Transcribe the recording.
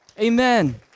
Amen